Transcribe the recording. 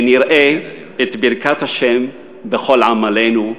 ונראה את ברכת השם בכל עמלנו.